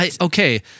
okay